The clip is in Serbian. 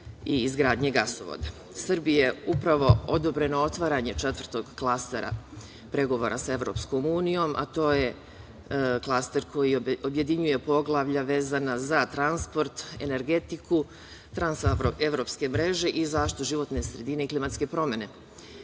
i izgradnje gasovoda. Srbiji je upravo odobreno otvaranje četvrtog klastera pregovora sa EU, a to je klaster koji objedinjuje poglavlja vezana za transport, energetiku, trans-evropske mreže i zaštitu životne sredine i klimatske promene.